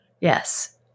Yes